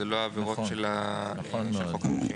זה לא עבירות של חוק העונשין.